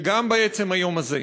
שגם בעצם היום הזה